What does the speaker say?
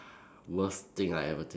worst thing I ever taste